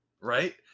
right